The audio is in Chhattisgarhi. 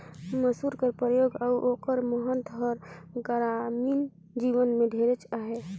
मूसर कर परियोग अउ ओकर महत हर गरामीन जीवन में ढेरेच अहे